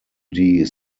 die